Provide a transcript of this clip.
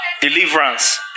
deliverance